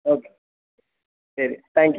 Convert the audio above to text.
okay ശരി thank you